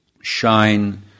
shine